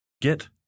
Get